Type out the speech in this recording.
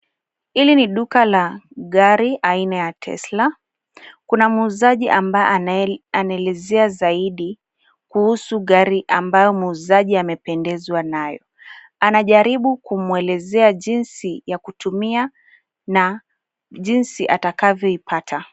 Hili ni duka la gari aina ya Tesla. Kuna mwuzaji ambaye anaelezea zaidi kuhusu gari amabyo mwuzaji amependezwa nayo. Anajaribu kumwelezea jinsi ya kutumia na jinsi atakavyoipata.